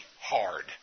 hard